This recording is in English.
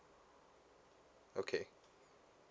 okay